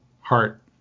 heart